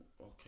Okay